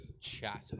chat